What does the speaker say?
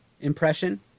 impression